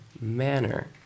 manner